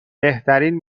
بهترین